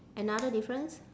another difference